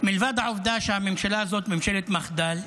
מלבד העובדה שהממשלה הזאת היא ממשלת מחדל,